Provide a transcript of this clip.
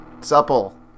supple